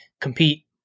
compete